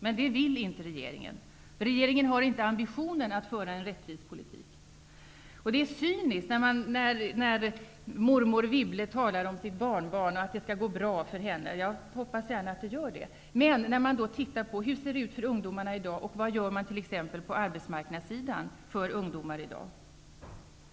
Men det vill inte regeringen. Regeringen har inte ambitionen att föra en rättvis politik. Det är cyniskt när mormor Wibble talar om sitt barnbarn och att det skall gå bra för henne -- jag hoppas gärna att det gör det --, när man ser på hur det ser ut för ungdomarna i dag och vad man på arbetsmarknadssidan gör för dem.